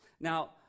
Now